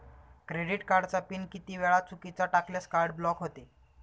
Credit कार्डचा pin किती वेळा चुकीचा टाकल्यास कार्ड ब्लॉक होते?